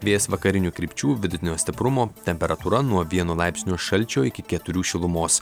vėjas vakarinių krypčių vidutinio stiprumo temperatūra nuo vieno laipsnio šalčio iki keturių šilumos